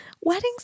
weddings